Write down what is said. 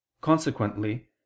Consequently